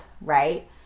right